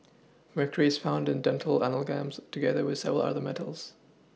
mercury is found in dental amalgams together with several other metals